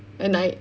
a night